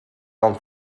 dan